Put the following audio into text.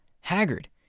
Haggard